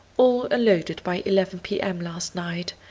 all unloaded by eleven p m. last night.